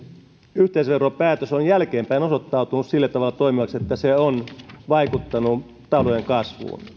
yhteisöveropäätös on jälkeenpäin osoittautunut sillä tavalla toimivaksi että se on vaikuttanut talouden kasvuun